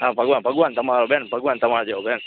હા ભગવાન તમારો બેન ભગવાન તમારા જેવો બેન